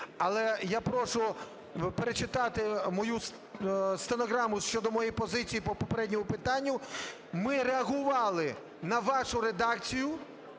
Але я прошу перечитати стенограму щодо моєї позиції по попередньому питанню. Ми реагували на вашу редакцію